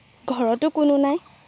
ঘৰতো কোনো নাই